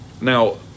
Now